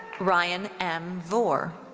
ryan m. voor.